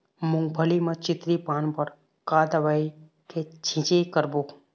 मूंगफली म चितरी पान बर का दवई के छींचे करबो?